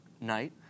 night